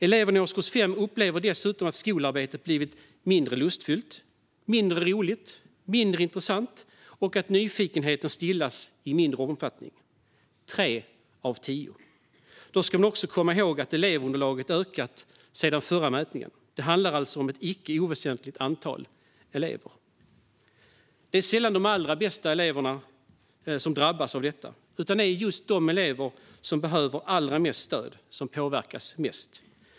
Eleverna i årskurs 5 upplever dessutom att skolarbetet blivit mindre lustfyllt, mindre roligt och mindre intressant och att nyfikenheten stillas i mindre omfattning. Det är tre av tio. Då ska man också komma ihåg att elevunderlaget ökat sedan förra mätningen. Det handlar alltså om ett icke oväsentligt antal elever. Det är sällan de allra bästa eleverna som drabbas av detta, utan det är just de elever som behöver allra mest stöd som påverkas mest.